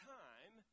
time